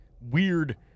weird